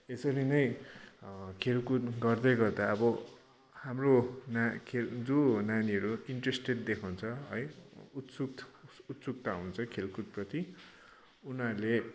यसरी नै खेलकुद गर्दै गर्दा अब हाम्रो नानी जो नानीहरू इन्ट्रेस्टेड देखाउँछ उत्सुक उत्सुकता हुन्छ खेलकुद प्रति उनीहरूले